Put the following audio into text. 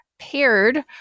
paired